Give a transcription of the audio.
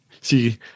see